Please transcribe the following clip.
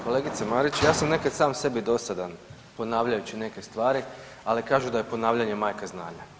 Kolegice Marić, ja sam nekad sam sebi dosadan ponavljajući neke stvari, ali kažu da je ponavljanje majka znanja.